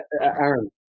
Aaron